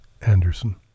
Anderson